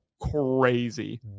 crazy